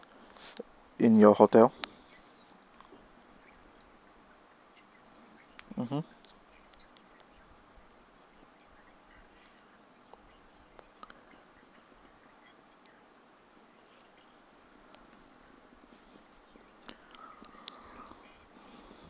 in your hotel mmhmm